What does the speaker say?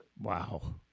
Wow